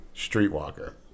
Streetwalker